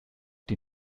die